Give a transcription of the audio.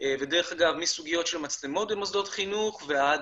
ודרך אגב מסוגיות של מצלמות במוסדות חינוך ועד